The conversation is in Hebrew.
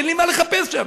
אין לי מה לחפש שם.